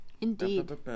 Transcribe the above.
Indeed